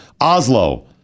Oslo